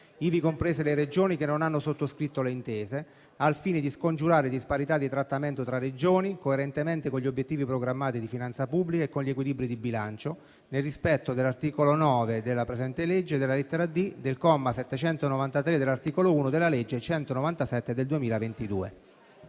ivi comprese le regioni che non hanno sottoscritto le intese, al fine di scongiurare disparità di trattamento tra regioni, coerentemente con gli obiettivi programmati di finanza pubblica e con gli equilibri di bilancio, nel rispetto dell'articolo 9 della presente legge e della lettera *d)* del comma 793 dell'articolo 1 della legge 29 dicembre 2022,